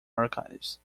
archives